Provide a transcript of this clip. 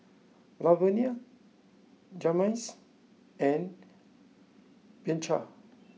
Lavonia Jazmines and Bianca